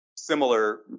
Similar